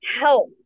help